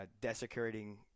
desecrating